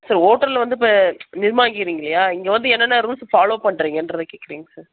sir ஹோட்டலில் வந்து இப்போ நிர்மானிக்குறிங்க இல்லையா இங்கே வந்து என்னென்ன ரூல்ஸ் ஃபாலோ பண்ணுறிங்கன்றத கேக்கிறேங்க சார்